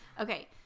okay